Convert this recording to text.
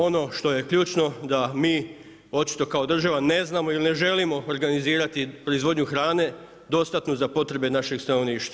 Ono što je ključno da mi očito kao država ne znamo ili ne želimo organizirati proizvodnju hrane dostatnu za potrebe našeg stanovništva.